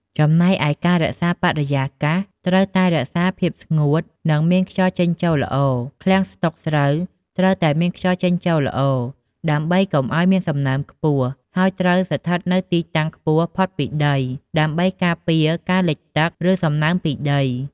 ចំណែកឯការរក្សាបរិយាកាសត្រូវតែរក្សាភាពស្ងួត និងមានខ្យល់ចេញចូលល្អ ឃ្លាំងស្តុកស្រូវត្រូវតែមានខ្យល់ចេញចូលល្អ ដើម្បីកុំឲ្យមានសំណើមខ្ពស់ ហើយត្រូវស្ថិតនៅទីតាំងខ្ពស់ផុតពីដី ដើម្បីការពារការលិចទឹក ឬសំណើមពីដី។